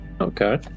Okay